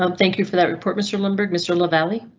um thank you for that report. mr limburg, mr lavalley.